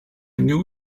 knew